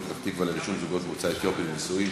פתח-תקווה לרשום זוגות ממוצא אתיופי לנישואין,